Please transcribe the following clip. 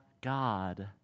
God